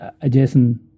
adjacent